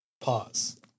Pause